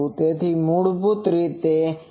તેથી મૂળભૂત રીતે તે એક sin ક્રિયા છે